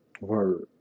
word